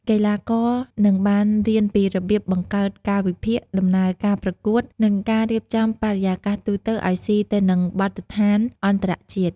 កីឡាករនឹងបានរៀនពីរបៀបបង្កើតកាលវិភាគ ដំណើរការប្រកួត និងការរៀបចំបរិយាកាសទូទៅឲ្យស៊ីទៅនឹងបទដ្ឋានអន្តរជាតិ។